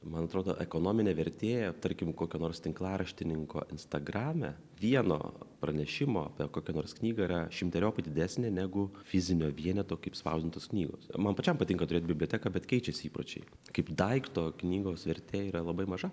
man atrodo ekonominė vertė tarkim kokio nors tinklaraštininko instagrame vieno pranešimo apie kokią nors knygą yra šimteriopai didesnė negu fizinio vieneto kaip spausdintos knygos man pačiam patinka turėt biblioteką bet keičiasi įpročiai kaip daikto knygos vertė yra labai maža